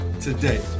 today